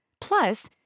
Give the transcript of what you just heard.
Plus